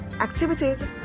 activities